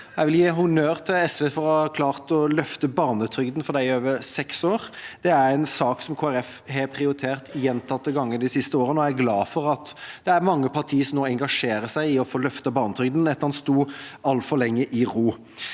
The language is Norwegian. Jeg vil gi honnør til SV for å ha klart å løfte barnetrygden for dem over seks år. Det er en sak som Kristelig Folkeparti har prioritert gjentatte ganger de siste årene, og jeg er glad for at det er mange partier som nå engasjerer seg i å få løftet barnetrygden etter at den sto altfor lenge i ro.